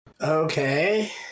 Okay